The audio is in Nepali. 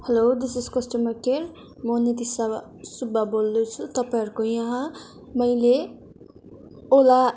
hello this is customer care म नितिशा सुब्बा बोल्दैछु तपाईँहरूको यहाँ मैले ओला